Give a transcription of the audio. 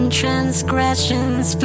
transgressions